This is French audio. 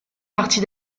partie